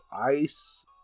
ice